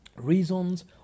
reasons